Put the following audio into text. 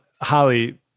Holly